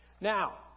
Now